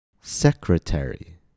Secretary